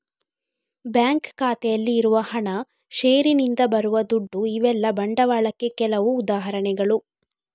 bank ಖಾತೆಯಲ್ಲಿ ಇರುವ ಹಣ, ಷೇರಿನಿಂದ ಬರುವ ದುಡ್ಡು ಇವೆಲ್ಲ ಬಂಡವಾಳಕ್ಕೆ ಕೆಲವು ಉದಾಹರಣೆಗಳು